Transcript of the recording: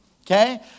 okay